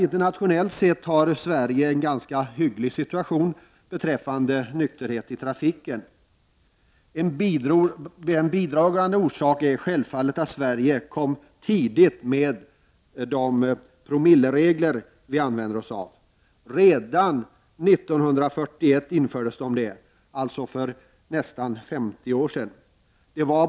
Internationellt sett har Sverige haft en ganska hygglig situation beträffande nykterhet i trafiken. En bidragande orsak är självfallet att Sverige kom tidigt med promillereglerna. De infördes redan 1941, alltså för nästan 50 år sedan.